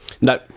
No